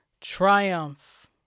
triumph